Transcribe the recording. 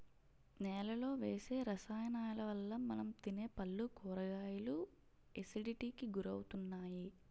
నేలలో వేసే రసాయనాలవల్ల మనం తినే పళ్ళు, కూరగాయలు ఎసిడిటీకి గురవుతున్నాయి